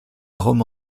rome